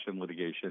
litigation